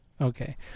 okay